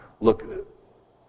Look